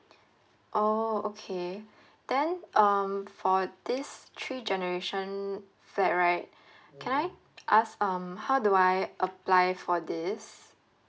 oh okay then um for this three generation flat right can I ask um how do I apply for this